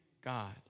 God